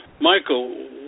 Michael